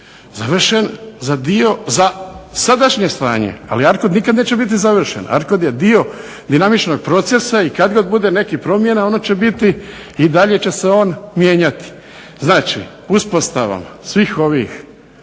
završen za sadašnje stanje. Ali Arcod nikad neće biti završen, Arcod je dio dinamičnog procesa i kad god bude nekih promjena ono će biti i dalje će se on mijenjati. Znači, uspostava svih ovih